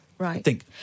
Right